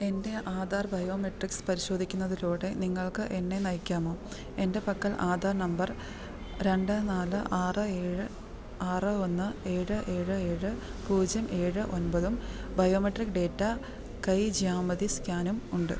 എന്റെ ആധാർ ബയോമെട്രിക്സ് പരിശോധിക്കുന്നതിലൂടെ നിങ്ങൾക്കെന്നെ നയിക്കാമോ എന്റെ പക്കൽ ആധാർ നമ്പർ രണ്ട് നാല് ആറ് ഏഴ് ആറ് ഒന്ന് ഏഴ് ഏഴ് ഏഴ് പൂജ്യം ഏഴ് ഒൻപതും ബയോമെട്രിക് ഡേറ്റ കൈ ജ്യാമിതി സ്കാനുമുണ്ട്